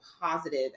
positive